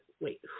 wait